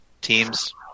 teams